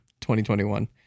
2021